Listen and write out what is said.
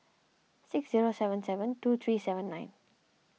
six zero seven seven two three seven nine